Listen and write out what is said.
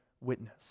witness